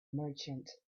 merchant